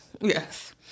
Yes